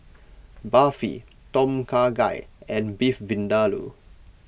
Barfi Tom Kha Gai and Beef Vindaloo